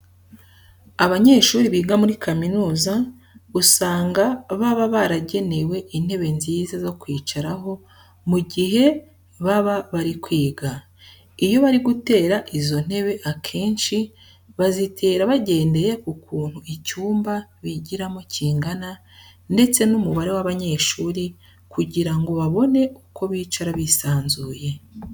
Abanyeshuri biga muri kaminuza usanga baba baragenewe intebe nziza zo kwicaraho mu gihe baba bari kwiga. Iyo bari gutera izo ntebe akenshi bazitera bagendeye ku kuntu icyumba bigiramo kingana ndetse n'umubare w'abanyeshuri kugira ngo babone uko bicara bisanzuye.